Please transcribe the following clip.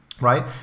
right